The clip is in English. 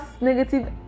negative